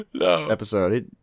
episode